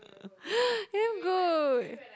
damn good